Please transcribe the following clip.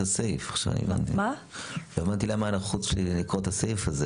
לא הבנתי למה נחוץ שנקריא את הסעיף, עכשיו הבנתי.